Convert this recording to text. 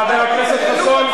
חבר הכנסת חסון.